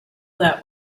that